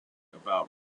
about